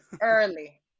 early